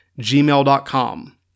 gmail.com